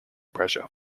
pressure